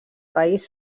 país